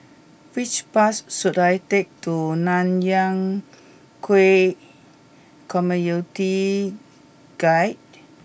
which bus should I take to Nanyang Khek Community Guild